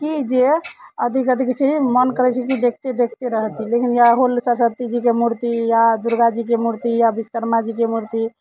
कि जे अथि कथि कहैत छै मन करैत छै देखिते देखिते रहती लेकिन होलै सरस्वती जीके मूर्ति या दुर्गाजीके मूर्ति या विश्कर्मा जीके मूर्ति